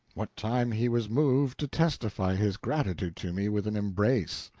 what time he was moved to testify his gratitude to me with an embrace.